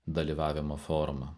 dalyvavimo forma